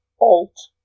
Alt